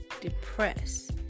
depressed